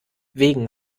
wegen